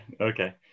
Okay